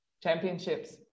championships